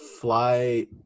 fly